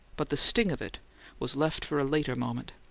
but the sting of it was left for a later moment.